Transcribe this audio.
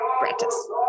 practice